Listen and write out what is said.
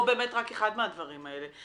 או באמת רק אחד מהדברים האלה.